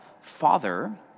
father